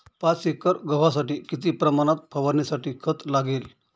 पाच एकर गव्हासाठी किती प्रमाणात फवारणीसाठी खत लागेल?